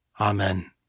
Amen